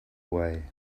away